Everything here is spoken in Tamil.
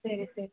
சரி சரி